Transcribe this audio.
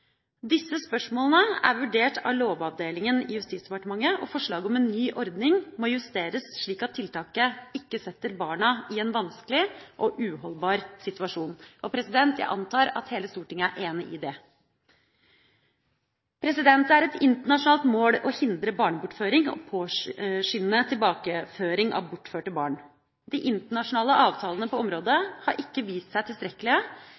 Disse spørsmålene er vurdert av Lovavdelingen i Justisdepartementet, og forslaget om en ny ordning må justeres slik at tiltaket ikke setter barna i en vanskelig og uholdbar situasjon. Jeg antar at hele Stortinget er enig i det. Det er et internasjonalt mål å hindre barnebortføring og påskynde tilbakeføring av bortførte barn. De internasjonale avtalene på området har ikke vist seg tilstrekkelige,